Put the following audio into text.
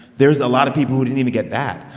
there is a lot of people who didn't even get that.